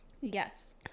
Yes